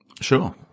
Sure